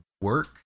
work